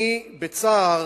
אני בצער